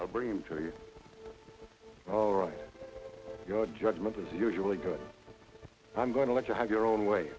i bring him to you oh good judgment is usually good i'm going to let you have your own way